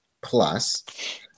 plus